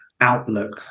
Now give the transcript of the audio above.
outlook